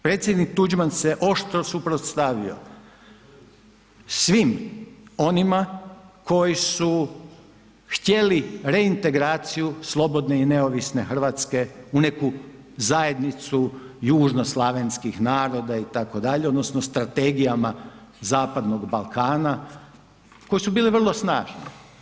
Predsjednik Tuđman se oštro suprotstavio svim onima koji su htjeli reintegraciju slobodne i neovisne Hrvatske u neku zajednicu južnoslavenskih naroda itd. odnosno strategijama Zapadnog Balkana koje su bile vrlo snažne.